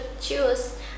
choose